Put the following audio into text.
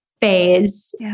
phase